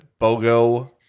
bogo